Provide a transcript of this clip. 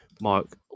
Mark